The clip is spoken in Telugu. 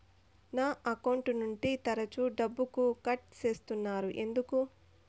నా అకౌంట్ నుండి తరచు డబ్బుకు కట్ సేస్తున్నారు ఎందుకు